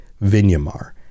Vinyamar